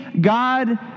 God